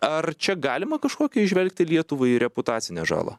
ar čia galima kažkokią įžvelgti lietuvai reputacinę žalą